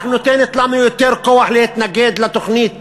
רק נותנת לנו יותר כוח להתנגד לתוכנית